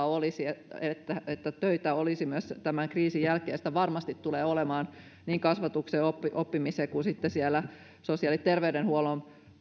olisi että että töitä olisi myös tämän kriisin jälkeen ja sitä varmasti tulee olemaan niin kasvatuksen oppimisen kuin sosiaali ja terveydenhuollon